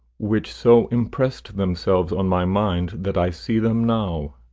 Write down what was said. which so impressed themselves on my mind that i see them now.